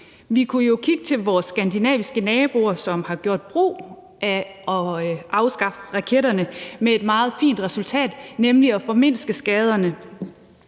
Vi kunne jo kigge mod vores skandinaviske naboer, som har gjort brug af at afskaffe raketterne med et meget fint resultat, nemlig at formindske skaderne.